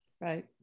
Right